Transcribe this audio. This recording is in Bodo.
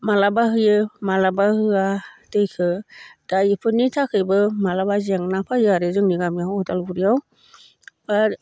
माब्लाबा होयो माब्लाबा होआ दैखो दा बेफोरनि थाखायबो माब्लाबा जेंना फैयो आरो जोंनि गामियाव उदालगुरियाव आरो